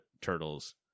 Turtles